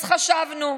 אז חשבנו.